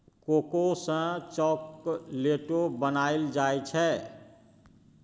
cocoa सँ चाकलेटो बनाइल जाइ छै